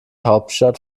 hauptstadt